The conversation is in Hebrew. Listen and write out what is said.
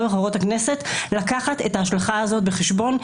וחברות הכנסת לקחת את ההשלכה הזאת בחשבון.